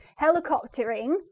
helicoptering